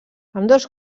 ambdós